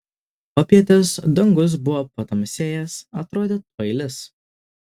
popietės dangus buvo patamsėjęs atrodė tuoj lis